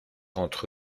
entre